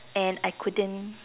and I couldn't